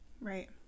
Right